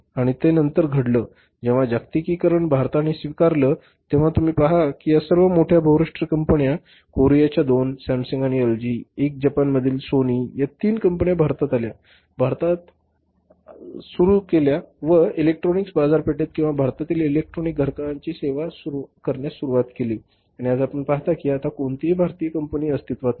आणि ते नंतर घडलं जेव्हा जागतिकीकरण भारतात स्वीकारलं गेलं तेव्हा तुम्ही पाहा कि या सर्व मोठ्या बहुराष्ट्रीय कंपन्या कोरियाच्या दोन सॅमसंग आणि एलजी एक जपानमधील सोनी या तीन कंपन्या भारतात आल्या भारतात आल्या सुरू झाल्या व इलेक्ट्रॉनिक्स बाजारपेठेत किंवा भारतातील इलेक्ट्रॉनिक ग्राहकांची सेवा करण्यास सुरुवात केली आणि आज आपण पाहता की आता कोणतीही भारतीय कंपनी अस्तित्वात नाही